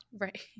Right